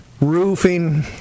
roofing